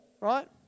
right